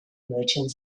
merchant